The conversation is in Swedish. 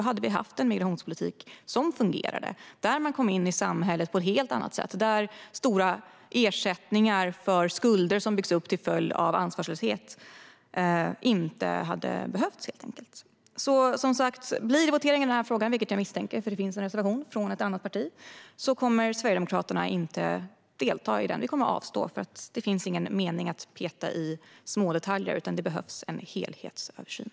Då hade vi haft en migrationspolitik som fungerade och som innebar att man kom in i samhället på ett helt annat sätt, och stora ersättningar för skulder som byggs upp till följd av ansvarslöshet hade helt enkelt inte behövts. Om det blir votering i den här frågan, vilket jag misstänker eftersom det finns en reservation från ett annat parti, kommer Sverigedemokraterna som sagt att avstå. Det finns ingen mening med att peta i smådetaljer. Det behövs en helhetsöversyn.